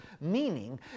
meaning